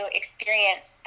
experience